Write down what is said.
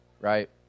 Right